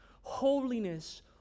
holiness